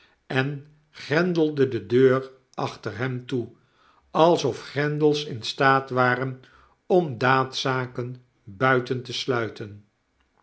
en grendelde de deur achter hem toe alsof grendels in staat waren om daadzaken buiten te sluiten